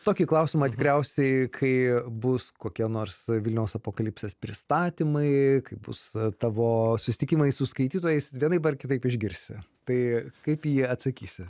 tokį klausimą tikriausiai kai bus kokie nors vilniaus apokalipsės pristatymai kai bus tavo susitikimai su skaitytojais vienaip ar kitaip išgirsi tai kaip į jį atsakysi